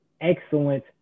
excellent